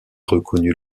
reconnu